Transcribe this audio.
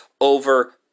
over